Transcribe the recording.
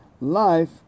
life